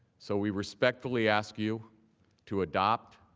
so we respectfully ask you to adopt